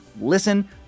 Listen